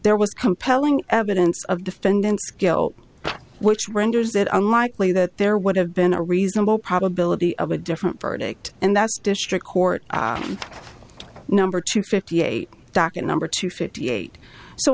there was compelling evidence of defendant's guilt which renders it unlikely that there would have been a reasonable probability of a different verdict and that's district court number two fifty eight docket number two fifty eight so